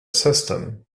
system